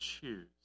choose